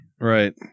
Right